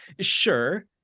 sure